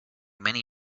many